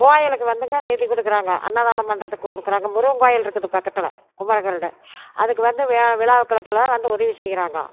கோவிலுக்கு வந்துங்க நிதி கொடுக்குறாங்க அன்னதானம் பண்ணுறதுக்கு கொடுக்குறாங்க முருகன் கோவில்ருக்குது பக்கத்தில் குமரகிரியில் அதுக்கு வந்து விழா விழாக்களுக்கலாம் வந்து உதவி செய்கிறாங்க